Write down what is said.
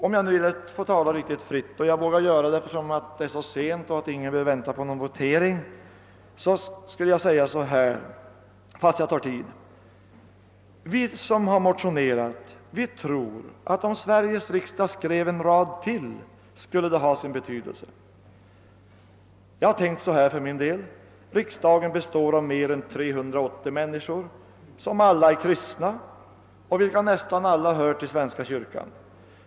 Om jag nu får tala riktigt fritt — och jag vågar väl göra det, eftersom det är så sent och ingen behöver vänta på någon votering — skulle jag vilja säga följande, fastän det tar tid. Vi som är motionärer tror, att om Sveriges riksdag skrev en rad till, skulle det ha sin betydelse. Jag har för min del tänkt så här. Riksdagen består av mer än 380 människor som alla är kristna och som nästan alla hör till svenska kyrkan.